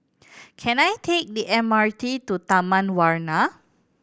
can I take the M R T to Taman Warna